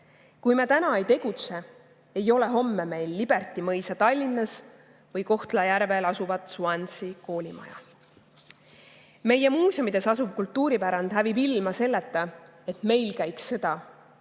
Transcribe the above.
Kui me täna ei tegutse, ei ole homme meil Liberty mõisa Tallinnas või Kohtla-Järvel asuvat Soansi koolimaja. Meie muuseumides asuv kultuuripärand hävib ilma selleta, et meil käiks sõda.